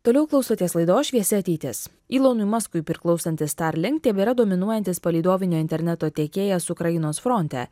toliau klausotės laidos šviesi ateitis ilonui maskui priklausantis starlink tebėra dominuojantis palydovinio interneto tiekėjas ukrainos fronte